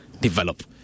develop